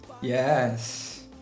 Yes